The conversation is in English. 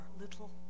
little